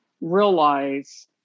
realize